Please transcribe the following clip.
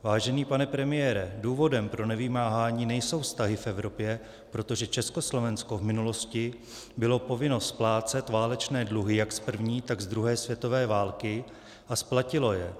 Vážený pane premiére, důvodem pro nevymáhání nejsou vztahy v Evropě, protože Československo v minulosti bylo povinno splácet válečné dluhy jak z první, tak z druhé světové války, a splatilo je.